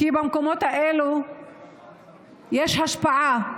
כי במקומות האלה יש השפעה,